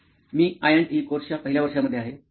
me I and E कोर्सच्या पहिल्या वर्षा मध्ये आहे